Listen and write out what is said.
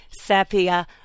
sapia